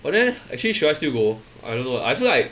but then actually should I still go I don't know I feel like